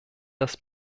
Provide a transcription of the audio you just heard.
das